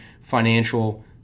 financial